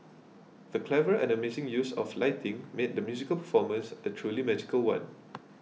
the clever and amazing use of lighting made the musical performance a truly magical one